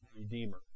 Redeemer